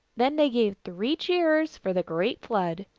then they gave three cheers for the great flood.